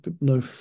no